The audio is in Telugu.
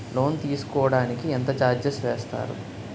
లోన్ తీసుకోడానికి ఎంత చార్జెస్ వేస్తారు?